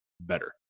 better